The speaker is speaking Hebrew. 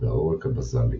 והעורק הבזאלי.